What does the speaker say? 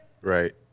Right